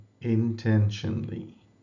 intentionally